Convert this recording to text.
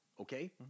Okay